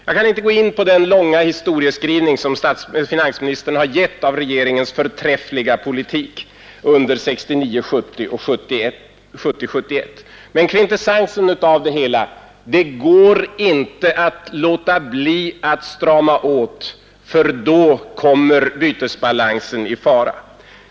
Jag kan inte gå in på den långa historieskrivning som finansministern har gett av regeringens förträffliga politik under 1969, 1970 och 1971. Men kvintessensen av det hela är: Det går inte att låta bli att strama åt för då kommer bytesbalansen att bli i fara.